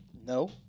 no